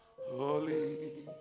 Holy